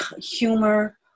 humor